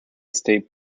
state